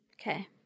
Okay